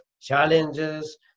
challenges